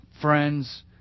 Friends